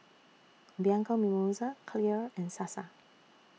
Bianco Mimosa Clear and Sasa